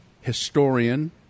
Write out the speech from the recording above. historian